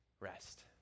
rest